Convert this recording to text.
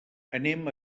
anem